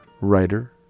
writer